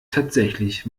tatsächlich